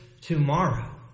tomorrow